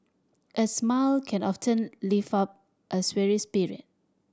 a smile can often lift up a weary spirit